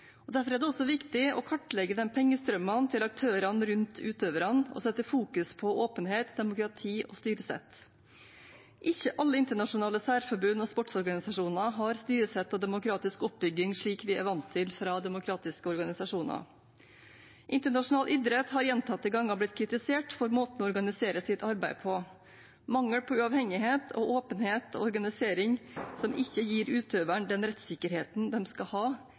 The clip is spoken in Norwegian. Derfor er det også viktig å kartlegge pengestrømmene til aktørene rundt utøverne og fokusere på åpenhet, demokrati og styresett. Ikke alle internasjonale særforbund og sportsorganisasjoner har styresett og demokratisk oppbygging slik vi er vant til fra demokratiske organisasjoner. Internasjonal idrett har gjentatte ganger blitt kritisert for måten de organiserer sitt arbeid på. Mangelen på uavhengighet, åpenhet og organisering, som ikke gir utøverne den rettssikkerheten de skal ha,